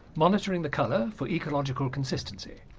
monitoring the colour for ecological consistency,